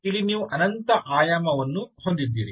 ಇಲ್ಲಿ ನೀವು ಅನಂತ ಆಯಾಮವನ್ನು ಹೊಂದಿದ್ದೀರಿ